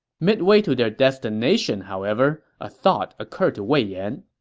midway to their destination, however, a thought occurred to wei yan.